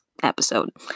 episode